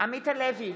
עמית הלוי,